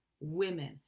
Women